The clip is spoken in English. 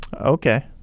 Okay